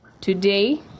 today